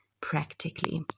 practically